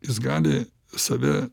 jis gali save